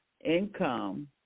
income